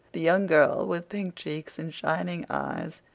the young girl, with pink cheeks and shining eyes,